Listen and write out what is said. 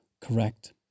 correct